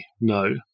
No